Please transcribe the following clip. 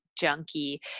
junkie